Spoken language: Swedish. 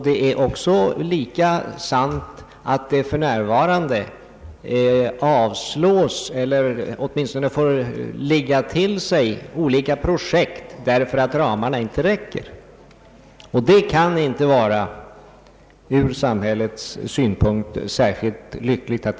Det är också sant att olika projekt för närvarande avslås eller måste vänta därför att ramarna inte räcker, och det kan inte vara ur samhällets synpunkt särskilt lyckligt.